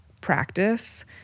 practice